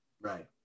Right